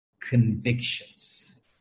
convictions